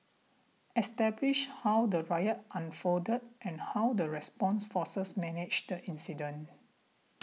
establish how the riot unfolded and how the response forces managed the incident